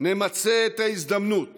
נמצה את ההזדמנות